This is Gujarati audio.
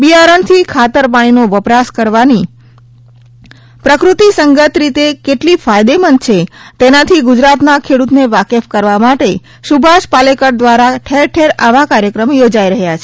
બિયારણ થી ખાતર પાણી નો વપરાશ કરવાની પ્રકૃતિ સંગત રીત કેટલી ફાયદેમંદ છે તેનાથી ગુજરાત ના ખેડૂત ને વાકેફ કરવા માટે સુભાષ પાલેકર દ્વારા ઠેરઠેર આવા કાર્યક્રમ યોજાઇ રહ્યા છે